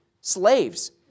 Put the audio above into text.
Slaves